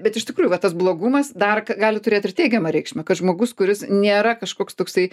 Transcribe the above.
bet iš tikrųjų va tas blogumas dar gali turėt ir teigiamą reikšmę kad žmogus kuris nėra kažkoks toksai